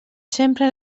sempre